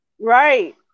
Right